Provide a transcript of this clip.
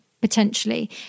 potentially